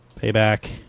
payback